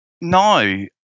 No